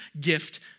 gift